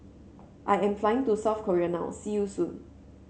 I am flying to South Korea now see you soon